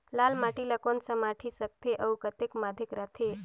लाल माटी ला कौन माटी सकथे अउ के माधेक राथे?